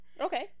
Okay